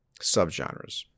subgenres